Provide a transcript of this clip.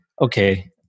Okay